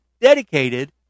dedicated